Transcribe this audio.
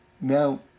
Now